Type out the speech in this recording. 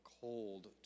cold